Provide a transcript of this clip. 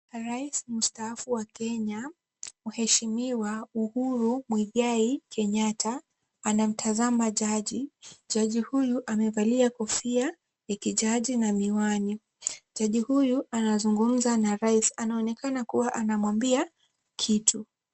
Rais mstaafu wa Kenya, mheshimiwa Uhuru Muigai Kenyatta. Anamtazama jaji. Jaji huyu amevalia kofia la kijaji na miwani. Jaji huyu anazungumza na Rais, anaonekana kuwa anamwambia kitu.